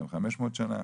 2,500 שנה,